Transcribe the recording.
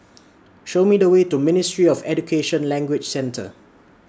Show Me The Way to Ministry of Education Language Centre